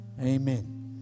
Amen